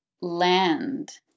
land